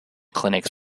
clinics